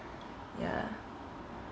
ya